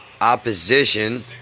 opposition